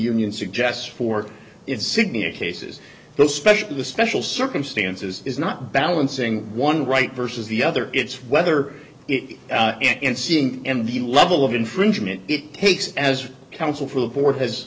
union suggests for sydney or cases the special the special circumstances is not balancing one right versus the other it's whether it and seeing and the level of infringement it takes as counsel for the board has